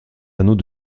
anneaux